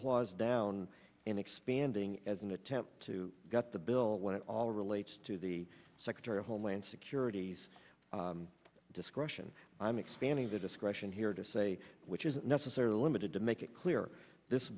clause down and expanding as an attempt to get the bill when it all relates to the secretary of homeland security's discretion i'm expanding the discretion here to say which isn't necessarily method to make it clear this